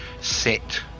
sit